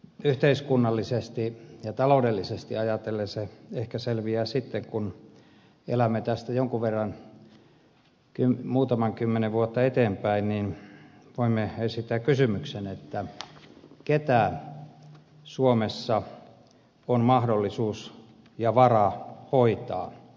yhteiskunnallisesti ja taloudellisesti ajatellen se ehkä selviää sitten kun elämme tästä muutaman kymmenen vuotta eteenpäin ja voimme esittää kysymyksen ketä suomessa on mahdollisuus ja varaa hoitaa